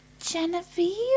Genevieve